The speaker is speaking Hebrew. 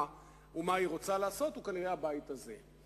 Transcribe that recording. ומה היא רוצה לעשות הוא כנראה הבית הזה.